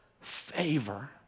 favor